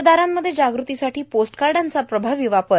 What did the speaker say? मतदारांमध्ये जाग़तीसाठी पोस्टकार्डाचा प्रभावी वापर